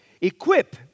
equip